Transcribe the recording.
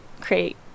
create